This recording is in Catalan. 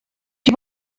qui